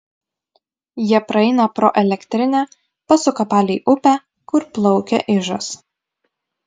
jie praeina pro elektrinę pasuka palei upę kur plaukia ižas